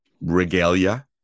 regalia